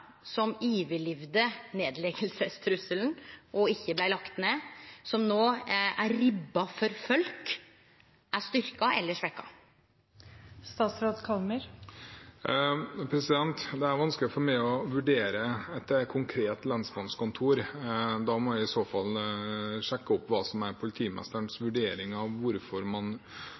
som overlevde nedleggingstrusselen og ikkje blei lagt ned, men som no er ribba for folk, er styrkt eller svekt? Det er vanskelig for meg å vurdere et konkret lensmannskontor. Da må jeg i så fall sjekke hva som er politimesterens vurdering av hvorfor man